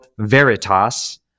Veritas